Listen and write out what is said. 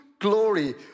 glory